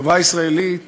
החברה הישראלית